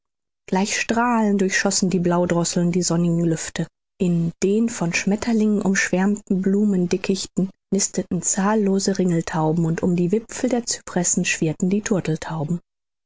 gleich strahlen durchschossen die blaudrosseln die sonnigen lüfte in den von schmetterlingen umschwärmten blumendickichten nisteten zahllose ringeltauben und um die wipfel der cypressen schwirrten die